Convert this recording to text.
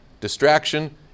distraction